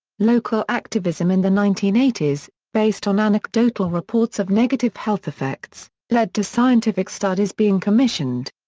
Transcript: local activism in the nineteen eighty s, based on anecdotal reports of negative health effects, led to scientific studies being commissioned.